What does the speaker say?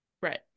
right